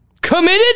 committed